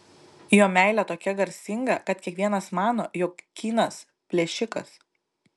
jo meilė tokia garsinga kad kiekvienas mano jog kynas plėšikas